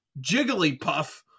Jigglypuff